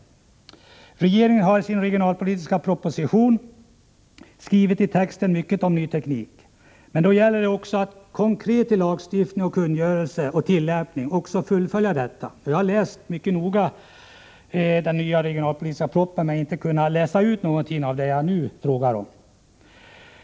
Regeringen har i sin regionalpolitiska proposition skrivit mycket om ny teknik. Men det gäller också att konkret i lagstiftning, kungörelser och tillämpning fullfölja detta. Jag har läst den nya regionalpolitiska propositionen mycket noga, men jag har inte kunnat läsa ut svar på något av det jag nu frågar om.